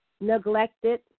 neglected